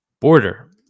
border